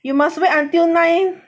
you must wait until nine